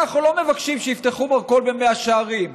אנחנו לא מבקשים שיפתחו מרכול במאה שערים,